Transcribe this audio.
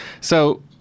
So-